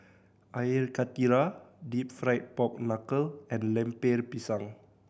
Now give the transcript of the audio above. Air Karthira Deep Fried Pork Knuckle and Lemper Pisang